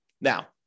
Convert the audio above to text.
Now